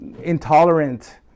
intolerant